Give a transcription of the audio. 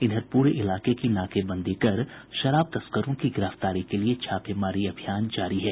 इधर पूरे इलाके में नाकेबंदी कर शराब तस्करों की गिरफ्तारी के लिये छापेमारी अभियान जारी है